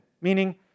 Meaning